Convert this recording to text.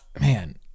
Man